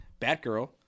Batgirl